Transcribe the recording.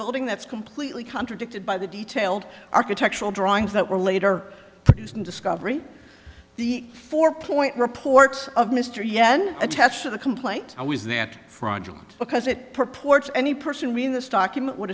building that's completely contradicted by the detailed architectural drawings that were later isn't discovery the four point reports of mr yen attached to the complaint how is that fraudulent because it purports any person reading this document would